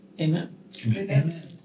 Amen